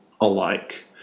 alike